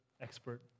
expert